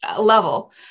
level